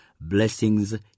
Blessings